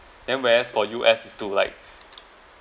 then where as for U_S to like